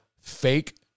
fake